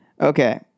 Okay